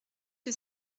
que